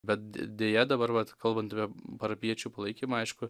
bet deja dabar vat kalbant apie parapijiečių palaikymą aišku